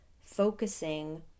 focusing